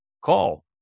Call